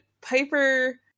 Piper